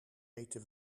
eten